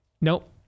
Nope